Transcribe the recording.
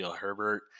Herbert